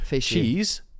Cheese